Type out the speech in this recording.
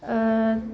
ओ